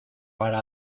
para